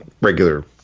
regular